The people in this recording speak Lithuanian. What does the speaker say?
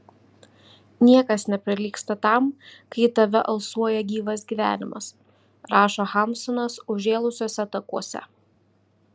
niekas neprilygsta tam kai į tave alsuoja gyvas gyvenimas rašo hamsunas užžėlusiuose takuose